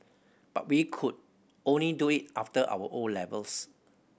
but we could only do it after our O levels